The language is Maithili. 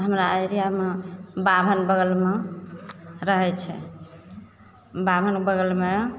हमरा एरियामे बाभन बगलमे रहय छै बाभन बगलमे